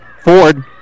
Ford